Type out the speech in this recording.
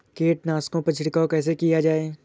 कीटनाशकों पर छिड़काव कैसे किया जाए?